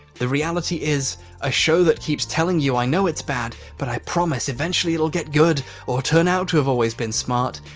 the reality is a show that keeps telling you i know it's bad, but i promise eventually it'll get good or turn out to have always been smart.